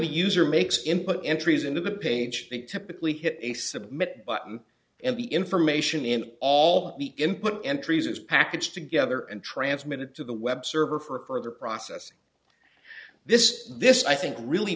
the user makes him put entries into the page they typically hit a submit button and the information in all the input entries is packaged together and transmitted to the web server for further processing this this i think really